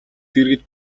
дэргэд